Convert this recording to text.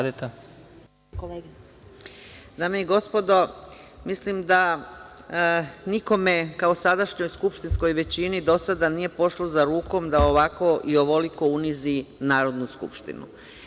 Dame i gospodo, mislim da nikome kao sadašnjoj skupštinskoj većini do sada nije pošlo za rukom da ovako i ovoliko unizi Narodnu skupštinu.